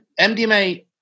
MDMA